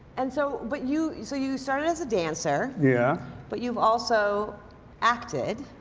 and so, but you you so you started as a dancer. yeah but you've also acted.